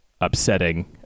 upsetting